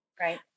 Right